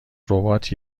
ربات